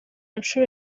nshuro